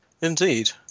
Indeed